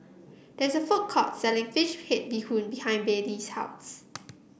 there is a food court selling fish head Bee Hoon behind Baylee's house